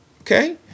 Okay